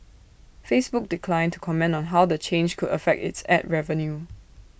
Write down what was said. Facebook declined to comment on how the change could affect its Ad revenue